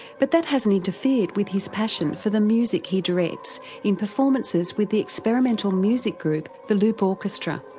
but that hasn't interfered with his passion for the music he directs in performances with the experimental music group, the loop orchestra.